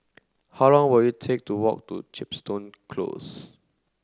how long will it take to walk to Chepstow Close